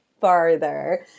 farther